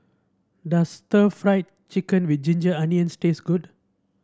does stir Fry Chicken with Ginger Onions taste good